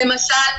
למשל,